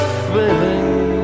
feeling